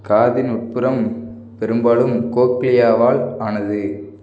காதின் உட்புறம் பெரும்பாலும் கோப்லியாவால் ஆனது